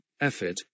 effort